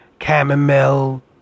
chamomile